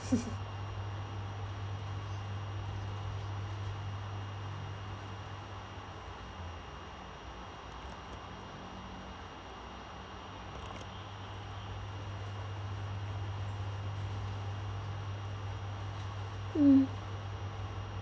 mm